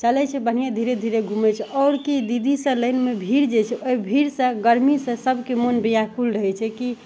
चलै छै बढ़िएँ धीरे धीरे घुमै छै आओर कि दीदीसे लाइनमे भीड़ जे छै ओहि भीड़से गरमीसे सभके मोन व्याकुल रहै छै कि